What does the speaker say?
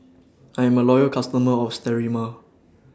I'm A Loyal customer of Sterimar